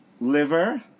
liver